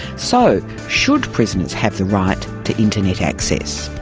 so should prisoners have the right to internet access?